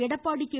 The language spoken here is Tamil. எடப்பாடி கே